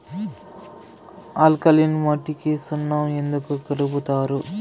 alkaline మట్టికి సున్నం ఎందుకు కలుపుతారు